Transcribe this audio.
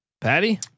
Patty